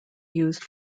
used